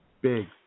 big